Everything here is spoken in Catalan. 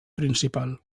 principal